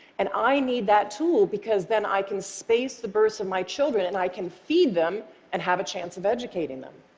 and i need that tool because then i can space the births of my children, and i can feed them and have a chance of educating them.